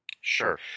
Sure